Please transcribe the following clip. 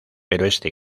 este